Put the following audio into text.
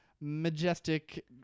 majestic